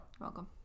Welcome